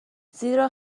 زیرا